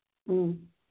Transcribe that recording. ꯎꯝ